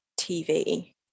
TV